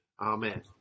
Amen